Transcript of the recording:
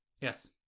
Yes